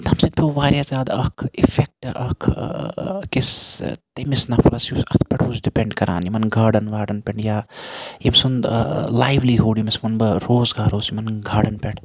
تہٕ تمہِ سۭتۍ پیٚو واریاہ زیادٕ اکھ اِفکٹ اکھ أکِس تٔمِس نَفرَس یُس اتھ پیٹھ اوس ڈِپنٛڈ کَران یِمَن گاڈَن واڈَن پیٹھ یا ییٚمہِ سُنٛد لایِولِہُڈ ییٚمِس وَنہٕ بہٕ روزگار اوس یِمَن گاڈن پیٹھ